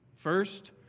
First